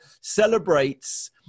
celebrates